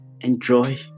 enjoy